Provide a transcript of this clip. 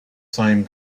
same